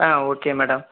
ah okay madam